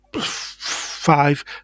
five